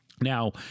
Now